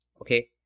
Okay